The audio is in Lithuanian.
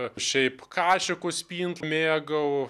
šiaip kašikus pint mėgau